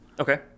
Okay